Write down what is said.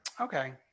Okay